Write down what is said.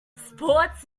sports